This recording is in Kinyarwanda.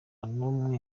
n’umwe